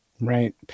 Right